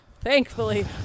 Thankfully